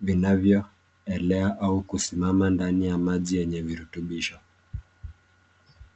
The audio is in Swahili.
vinavyoelea au kusimama ndani ya maji enye viritubisho.